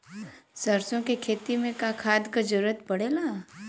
सरसो के खेती में का खाद क जरूरत पड़ेला?